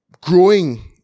growing